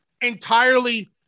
entirely